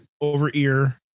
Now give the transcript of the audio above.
over-ear